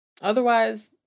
Otherwise